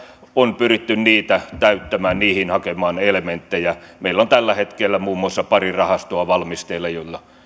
on pyritty niitä täyttämään niihin hakemaan elementtejä meillä on tällä hetkellä muun muassa pari rahastoa valmisteilla joilla